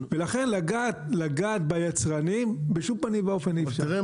ולכן, לגעת ביצרנים, בשום פנים ואופן אי אפשר.